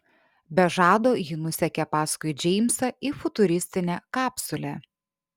be žado ji nusekė paskui džeimsą į futuristinę kapsulę